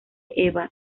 eva